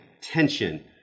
tension